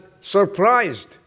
surprised